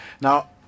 now